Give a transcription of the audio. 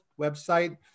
website